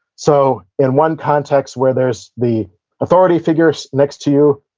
so in one context, where there's the authority figure so next to you,